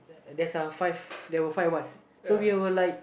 there's a five there were five of us so we were like